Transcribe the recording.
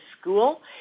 school